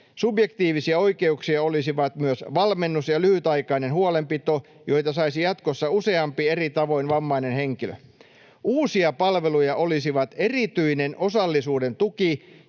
Subjektiivisia oikeuksia olisivat myös valmennus ja lyhytaikainen huolenpito, joita saisi jatkossa useampi eri tavoin vammainen henkilö. Uusia palveluja olisivat erityinen osallisuuden tuki,